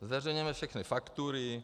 Zveřejňujeme všechny faktury.